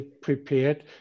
prepared